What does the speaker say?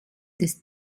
des